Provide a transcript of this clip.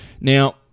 Now